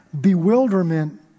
Bewilderment